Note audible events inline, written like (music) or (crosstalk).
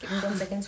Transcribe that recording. (noise)